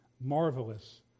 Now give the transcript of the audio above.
marvelous